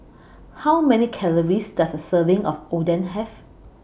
How Many Calories Does A Serving of Oden Have